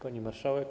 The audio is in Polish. Pani Marszałek!